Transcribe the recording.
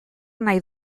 nahi